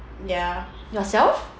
ya yourself